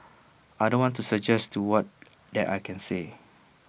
I don't want to suggest to what that I can say